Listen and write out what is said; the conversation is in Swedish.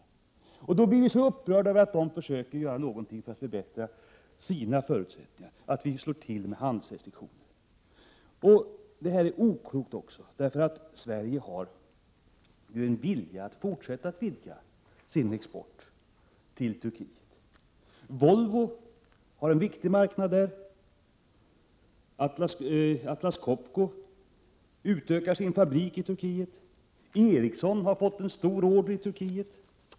Skall vi då bli upprörda över att Turkiet 4 mars 1988 försöker göra något för att förbättra sina förutsättningar och slå till med handelsrestriktioner mot landet? Det är en oklok politik också därför att Sverige har en vilja att fortsätta att vidga sin export till Turkiet. Volvo har en viktig marknad där. Atlas Copco bygger ut sin fabrik i Turkiet. Ericsson har fått en stor order i Turkiet.